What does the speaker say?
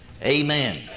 Amen